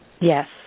Yes